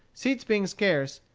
seats being scarce,